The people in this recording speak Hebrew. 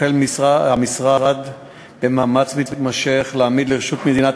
החל המשרד במאמץ מתמשך להעמיד לרשות מדינת